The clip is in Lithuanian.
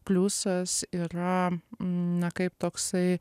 pliusas yra na kaip toksai